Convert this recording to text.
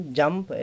jump